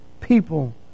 people